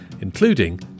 including